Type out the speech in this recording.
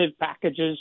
packages